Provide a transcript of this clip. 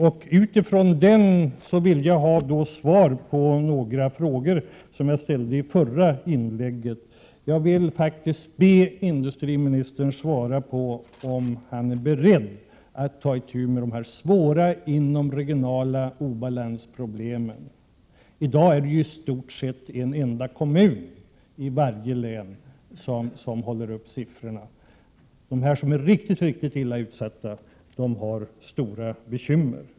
Jag vill mot bakgrund av denna ha svar på några frågor, som jag ställde i mitt förra inlägg. Jag vill be industriministern att ge besked om han är beredd att ta itu med dessa svåra inomregionala obalanser. I dag är det ju i stort sett en enda kommun i varje län som håller siffrorna uppe. De regioner som är riktigt illa utsatta har stora bekymmer.